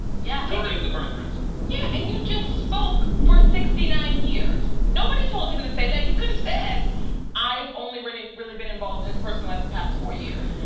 yeah during the birtherism. yeah, and you just spoke for sixty nine years. nobody told him to say that. he could have said i have only really really been involved in this person's life for the past four years.